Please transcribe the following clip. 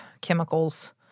chemicals